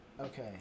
Okay